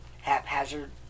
haphazard